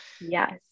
Yes